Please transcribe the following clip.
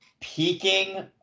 Peaking